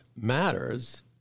matters